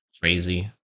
crazy